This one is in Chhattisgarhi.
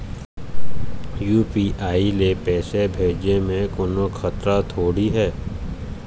यू.पी.आई ले पैसे भेजे म कोन्हो खतरा थोड़ी हे?